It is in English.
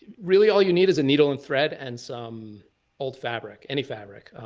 really, all you need is a needle and thread, and some old fabric, any fabric.